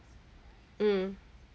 mm